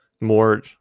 more